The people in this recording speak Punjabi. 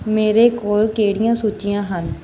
ਮੇਰੇ ਕੋਲ ਕਿਹੜੀਆਂ ਸੂਚੀਆਂ ਹਨ